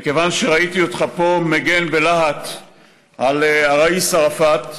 מכיוון שראיתי אותך פה מגן בלהט על הראיס ערפאת,